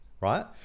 Right